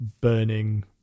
burning